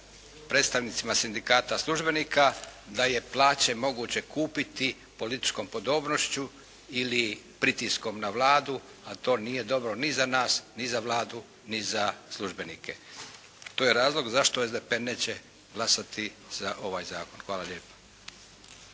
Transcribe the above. predstavnicima sindikata službenika da je plaće moguće kupiti političkom podobnošću ili pritiskom na Vladu, a to nije dobro ni za nas, ni za Vladu, ni za službenike. To je razlog zašto SDP neće glasati za ovaj Zakon. Hvala lijepa.